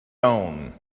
own